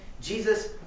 Jesus